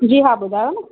जी हा ॿुधायो न